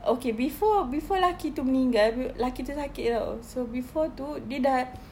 okay before before lelaki itu meninggal lelaki itu sakit [tau] so before itu dia sudah